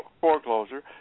foreclosure